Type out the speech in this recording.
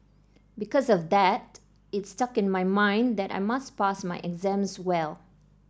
because of that it stuck in my mind that I must pass my exams well